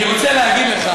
אני רוצה להגיד לך